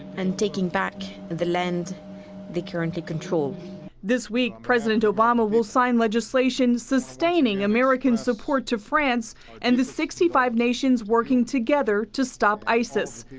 and taking back the land they currently control. jennifer this week president obama will sign legislation sustaining american support to france and the sixty five nations working together to stop isis.